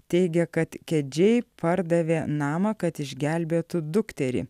teigia kad kedžiai pardavė namą kad išgelbėtų dukterį